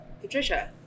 Patricia